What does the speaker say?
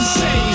say